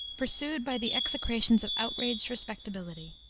pursued by the execrations of outraged respectability.